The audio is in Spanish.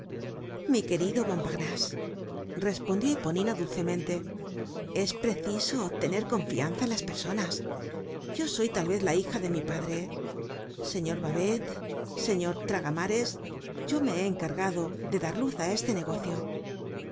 mi querido montparnase respondió eponina dulcemente es preciso tener confianza en las personas yo soy tal vez la hija de mi padre señor babet señor traga mares yo me he encargado de dar luz á este negocio